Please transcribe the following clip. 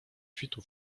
świtu